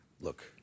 look